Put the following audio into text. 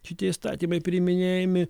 šitie įstatymai priiminėjami